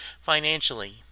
financially